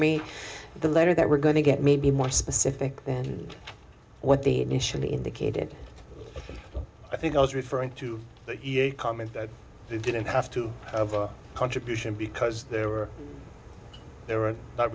me the letter that we're going to get maybe more specific and what the initially indicated i think i was referring to your comment that they didn't have to have a contribution because there were they were not